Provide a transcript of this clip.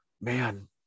man